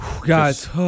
Guys